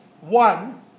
One